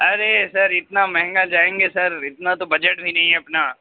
ارے sir اتنا مہنگا جائیں گے سر اتنا تو بجٹ بھی نہیں ہے اپنا